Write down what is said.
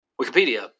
Wikipedia